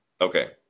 Okay